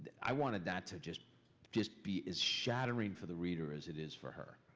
i wanted that to just just be as shattering for the reader as it is for her.